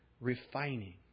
refining